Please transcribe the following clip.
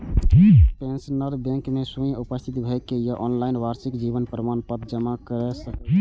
pensioner bank मे स्वयं उपस्थित भए के या ऑनलाइन वार्षिक जीवन प्रमाण पत्र जमा कैर सकैए